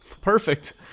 Perfect